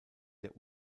der